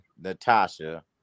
Natasha